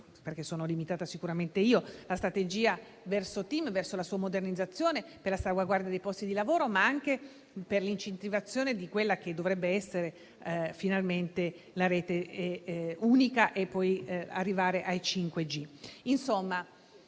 perché sono limitata io - la strategia per TIM, la sua modernizzazione e la salvaguardia dei posti di lavoro, ma anche per l'incentivazione di quella che dovrebbe essere finalmente la rete unica, per poi arrivare al 5G.